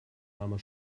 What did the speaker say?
armer